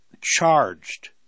charged